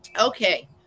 Okay